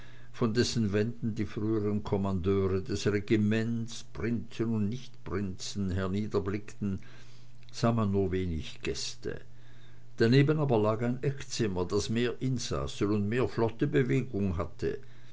von dessen wänden die früheren kommandeure des regiments prinzen und nichtprinzen herniederblickten sah man nur wenig gäste daneben aber lag ein eckzimmer das mehr insassen und mehr flotte bewegung hatte